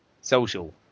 Social